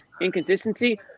Inconsistency